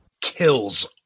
kills